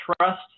trust